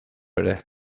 ere